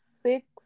six